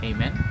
Amen